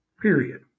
period